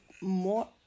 more